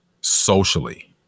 socially